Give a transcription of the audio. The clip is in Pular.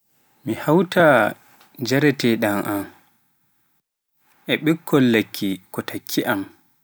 Mi hauta jarateɗi an e koni yiɗi e nder ɓikkon lekkon ko takkia am